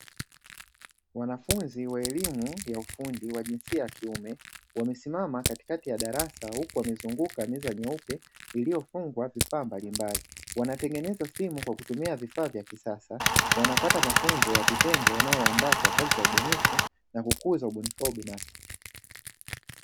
Wanafunzi wa elimu ya ufundi wa jinsia ya kiume, wamesimama katikati ya darasa huku wamezunguka meza nyeupe iliyofungwa vifaa mbalimbali. Wanatengenwza simu kwa kutumia vifaa vya kisasa, wanapata mafunzo ya vitendo yanayowaandaa kwa kazi bunifu na kukuza ubunifu wap binafsi.